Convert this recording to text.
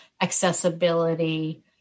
accessibility